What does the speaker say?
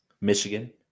michigan